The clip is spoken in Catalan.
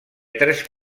tres